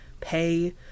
pay